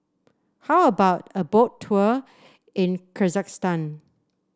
how about a Boat Tour in Kyrgyzstan